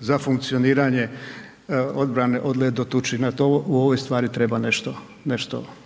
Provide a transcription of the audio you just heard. za funkcioniranje odbrane od ledotuče. Na to u ovoj stari treba nešto,